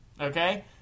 okay